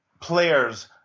players